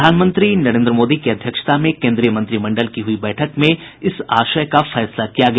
प्रधानमंत्री नरेन्द्र मोदी की अध्यक्षता में केन्द्रीय मंत्रिमंडल की हुई बैठक में इस आशय का फैसला किया गया